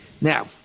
Now